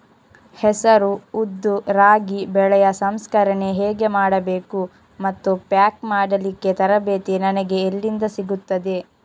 ಹೆಸರು, ಉದ್ದು, ರಾಗಿ ಬೆಳೆಯ ಸಂಸ್ಕರಣೆ ಹೇಗೆ ಮಾಡಬೇಕು ಮತ್ತು ಪ್ಯಾಕ್ ಮಾಡಲಿಕ್ಕೆ ತರಬೇತಿ ನನಗೆ ಎಲ್ಲಿಂದ ಸಿಗುತ್ತದೆ?